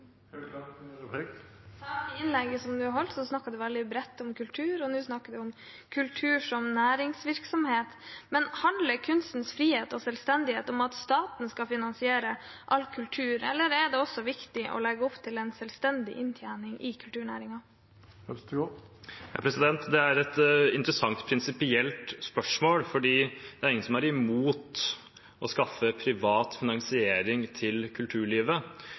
I innlegget som representanten Øvstegård holdt, snakket han veldig bredt om kultur, og nå snakker han om kultur som næringsvirksomhet. Men handler kunstens frihet og selvstendighet om at staten skal finansiere all kultur, eller er det også viktig å legge opp til en selvstendig inntjening i kulturnæringen? Det er et interessant prinsipielt spørsmål, for det er ingen som er imot å skaffe privat finansiering til kulturlivet.